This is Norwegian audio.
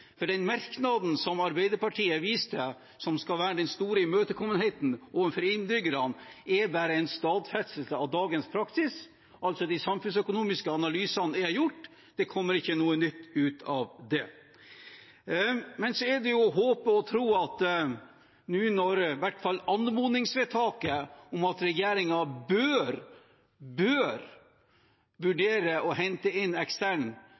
for den merknaden som Arbeiderpartiet viste til som den store imøtekommenheten overfor innbyggerne, er bare en stadfestelse av dagens praksis, altså at de samfunnsøkonomiske analysene er gjort. Det kommer ikke noe nytt ut av det. Men så er det å håpe og tro at i hvert fall anmodningsvedtaket om at regjeringen bør vurdere å hente inn ekstern